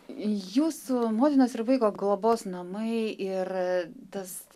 jūsų motinos ir vaiko globos namai ir tas